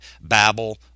Babel